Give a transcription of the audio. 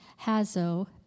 Hazo